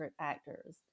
actors